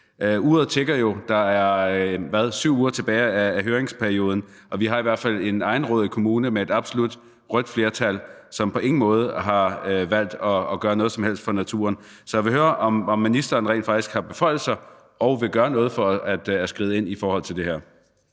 Uret tikker jo, og der er 7 uger tilbage af høringsperioden, og vi har i hvert fald en egenrådig kommune med et absolut rødt flertal, som på ingen måde har valgt at gøre noget som helst for naturen. Så jeg vil høre, om ministeren rent faktisk har beføjelser og vil gøre noget for at skride ind i forhold til det her.